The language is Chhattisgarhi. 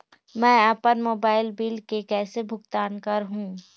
मैं अपन मोबाइल बिल के कैसे भुगतान कर हूं?